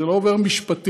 זה לא עובר משפטית.